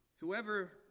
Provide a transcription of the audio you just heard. Whoever